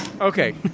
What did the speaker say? Okay